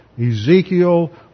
Ezekiel